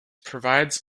provides